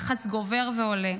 לחץ גובר ועולה.